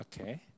Okay